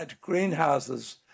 Greenhouses